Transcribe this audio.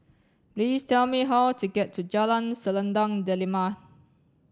please tell me how to get to Jalan Selendang Delima